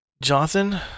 Jonathan